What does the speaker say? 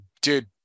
dude